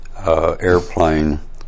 Airplane